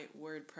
WordPress